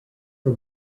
per